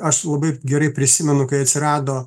aš labai gerai prisimenu kai atsirado